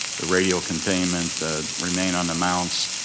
the radial containment, the remain on the mounts,